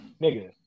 Nigga